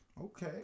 Okay